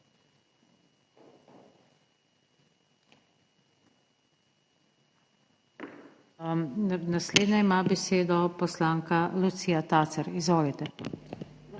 Naslednja ima besedo poslanka Lucija Tacer, izvolite.